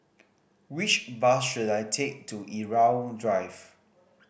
which bus should I take to Irau Drive